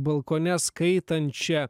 balkone skaitančią